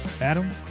Adam